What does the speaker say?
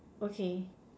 okay